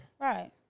Right